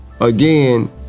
again